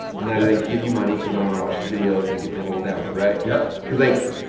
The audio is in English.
and then i'd give you money, because i wanted to watch the videos and get the whole download, right? yep. cause like,